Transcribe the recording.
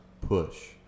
push